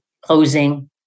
closing